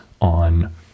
on